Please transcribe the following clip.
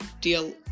deal